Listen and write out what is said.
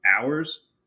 hours